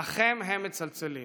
לכם הם מצלצלים.